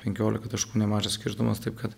penkiolika taškų nemažas skirtumas taip kad